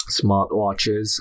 smartwatches